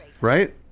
Right